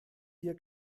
hier